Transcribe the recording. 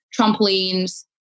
trampolines